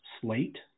slate